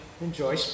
enjoy